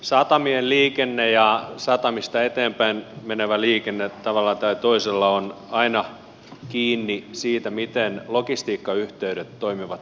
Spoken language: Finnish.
satamien liikenne ja satamista eteenpäin menevä liikenne tavalla tai toisella on aina kiinni siitä miten logistiikkayhteydet toimivat satamaan